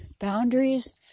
boundaries